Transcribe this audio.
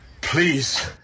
please